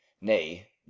nay